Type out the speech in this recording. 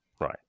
Right